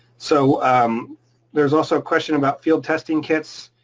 so um there's also a question about field testing kits,